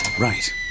right